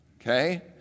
okay